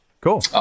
cool